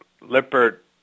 Lippert